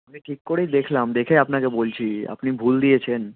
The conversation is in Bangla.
আমি ঠিক করেই দেখলাম দেখে আপনাকে বলছি আপনি ভুল দিয়েছেন